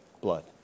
blood